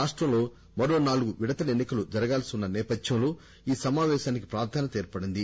రాష్టంలో మరో నాలుగు విడతల ఎన్నికల జరగాల్సి ఉన్న నేపథ్యంలో ఈ సమాపేకానికి ప్రాధాన్యత ఏర్పడింది